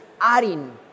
adding